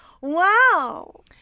Wow